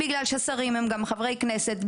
בגלל שהשרים הם גם חברי כנסת,